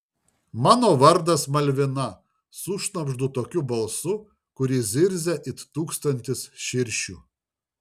mano vardas malvina sušnabždu tokiu balsu kuris zirzia it tūkstantis širšių